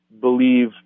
believe